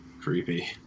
creepy